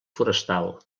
forestal